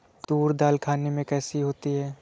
तूर दाल खाने में कैसी होती है?